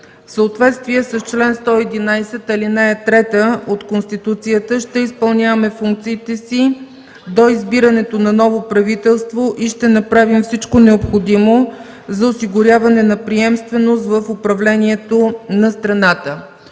съответствие с чл. 111, ал. 3 от Конституцията ще изпълняваме функциите си до избирането на ново правителство и ще направим всичко необходимо за осигуряване на приемственост в управлението на страната.”